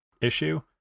issue